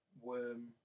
worm